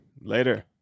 Later